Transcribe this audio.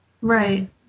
Right